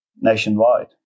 nationwide